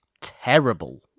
terrible